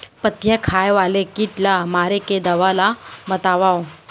पत्तियां खाए वाले किट ला मारे के दवा ला बतावव?